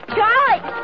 Charlie